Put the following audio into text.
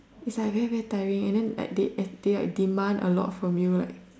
it's like very very tiring and then that they demand a lot from you and like